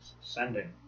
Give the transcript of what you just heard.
sending